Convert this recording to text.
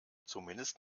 zumindest